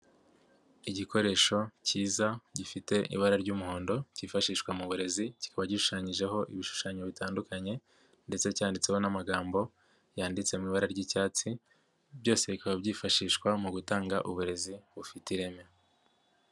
Igikoresho cyiza gifite ibara ry'umuhondo cyifashishwa mu burezi, kikaba gishushanyijeho ibishushanyo bitandukanye ndetse cyanditseho n'amagambo yanditse mu ibara ry'icyatsi, byose bikaba byifashishwa mu gutanga uburezi bufite ireme.